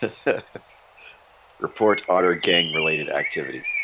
ah fifth report otter gang-related activity